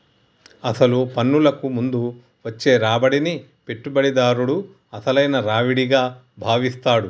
అసలు పన్నులకు ముందు వచ్చే రాబడిని పెట్టుబడిదారుడు అసలైన రావిడిగా భావిస్తాడు